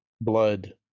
blood